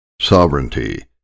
sovereignty